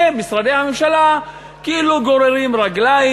ומשרדי הממשלה כאילו גוררים רגליים.